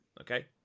Okay